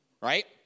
right